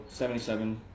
77